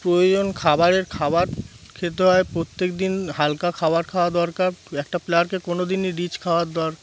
প্রয়োজন খাবারের খাবার খেতে হয় প্রত্যেক দিন হালকা খাবার খাওয়া দরকার একটা প্লেয়ারকে কোনো দিনই রিচ খাওয়ার দর